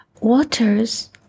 Waters